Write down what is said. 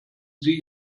sie